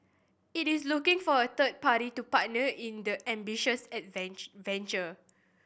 it is looking for a third party to partner in the ambitious venture